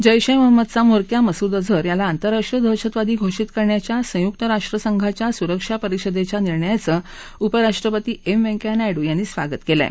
जैश ए मोहमदचा म्होरक्या मसुद अजहर याला आंतरराष्ट्रीय दहशतवादी घोषित करण्याच्या संयुक्त राष्ट्रसंघाच्या सुरक्षा परिषदेच्या निर्णयाचं उपराष्ट्रपती एम वैंकय्या नायडू यांनी स्वागत केलं आहे